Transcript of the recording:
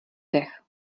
dech